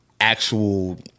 actual